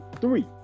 three